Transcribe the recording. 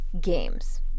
games